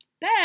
Bed